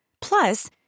Plus